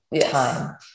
time